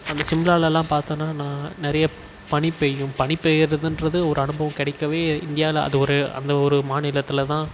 அந்த சிம்லாவிலலாம் பார்த்தோன்னா நான் நிறைய பனி பெய்யும் பனி பெய்கிறதுன்றது ஒரு அனுபவம் கிடைக்கவே இந்தியாவில் அது ஒரு அந்த ஒரு மாநிலத்தில் தான்